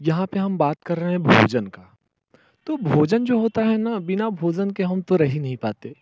यहाँ पे हम बात कर रहे हैं भोजन का तो भोजन जो होता है ना बिना भोजन के हम तो रह ही नहीं पाते